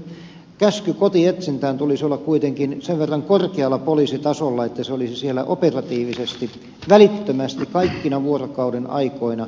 näkisin että käskyn kotietsintään tulisi olla kuitenkin sen verran korkealla poliisitasolla että se olisi siellä operatiivisesti välittömästi kaikkina vuorokauden aikoina